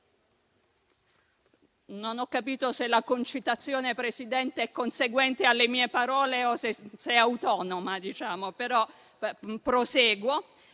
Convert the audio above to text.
non ho capito se la concitazione, Presidente, è conseguente alle mie parole o se sia autonoma, ma proseguo